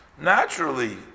naturally